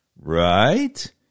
Right